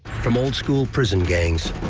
from old school prison gangs